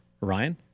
Ryan